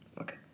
okay